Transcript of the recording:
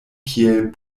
kiel